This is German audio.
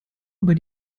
über